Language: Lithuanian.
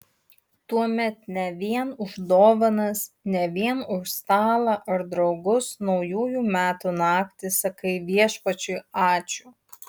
tuomet ne vien už dovanas ne vien už stalą ar draugus naujųjų metų naktį sakai viešpačiui ačiū